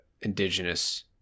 indigenous